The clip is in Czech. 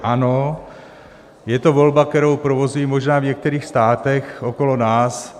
Ano, je to volba, kterou provozují možná v některých státech okolo nás.